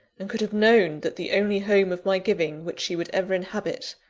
and could have known that the only home of my giving which she would ever inhabit,